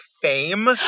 fame